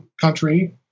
country